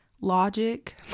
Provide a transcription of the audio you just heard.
logic